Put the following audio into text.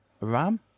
Ram